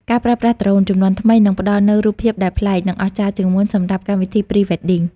ការប្រើប្រាស់ដ្រូន ជំនាន់ថ្មីនឹងផ្ដល់នូវរូបថតដែលប្លែក និងអស្ចារ្យជាងមុនសម្រាប់កម្មវិធី Pre-wedding។